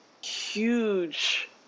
huge